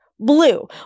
blue